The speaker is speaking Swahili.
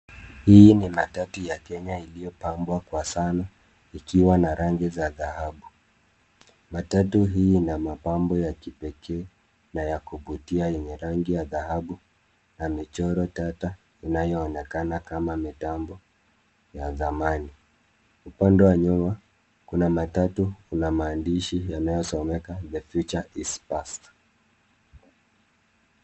Hii ni matatu ya Kenya iliyopambwa kwa sana ikiwa na rangi za dhahabu. Matatu hii ina mapambo ya kipekee na ya kuvutia yenye rangi ya dhahabu na michoro tata inayoonekana kama mitambo ya zamani. Upande wa nyuma kuna matatu kuna maandishi yanayosomeka The future is past .